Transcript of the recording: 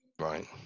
right